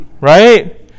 right